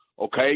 okay